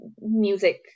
music